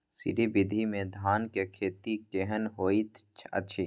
श्री विधी में धान के खेती केहन होयत अछि?